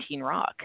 rock